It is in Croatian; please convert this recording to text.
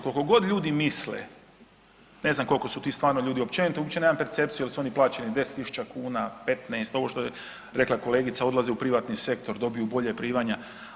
Kolko god ljudi misle, ne znam kolko su ti stvarno ljudi općenito, uopće nemam percepciju jel su oni plaćeni 10.000 kuna, 15, ovo što je rekla kolegica odlaze u privatni sektor, dobiju bolja primanja.